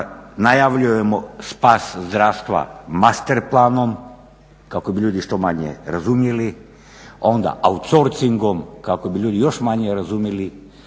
najavljujemo spas zdravstva master planom kako bi ljudi što manje razumjeli, onda outsourcingom kako bi ljudi još manje razumjeli,